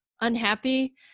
unhappy